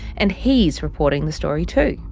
and he's reporting the story too.